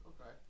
Okay